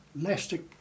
elastic